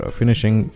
finishing